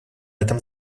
этом